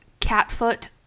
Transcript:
Catfoot